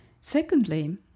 Secondly